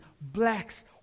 blacks